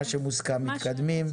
מה שמוסכם - מתקדמים,